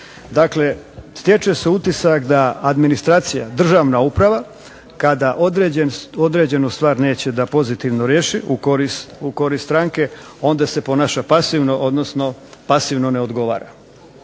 Dakle stječe se utisak sa administracija, državna uprava kada određenu stvar neće da pozitivno riješi u korist stranke onda se ponaša pasivno, odnosno pasivno ne odgovara.